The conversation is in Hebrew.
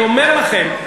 אני אומר לכם.